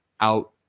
out